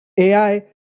AI